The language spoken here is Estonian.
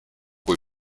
kui